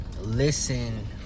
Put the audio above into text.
listen